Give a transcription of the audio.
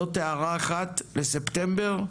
זאת הערה אחת לספטמבר,